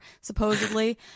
supposedly